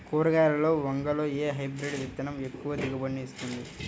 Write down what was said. కూరగాయలలో వంగలో ఏ హైబ్రిడ్ విత్తనం ఎక్కువ దిగుబడిని ఇస్తుంది?